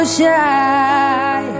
shy